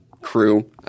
crew